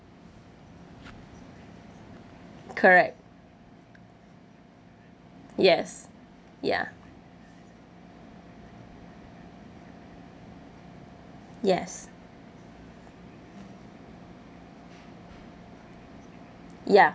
correct yes ya yes ya